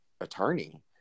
attorney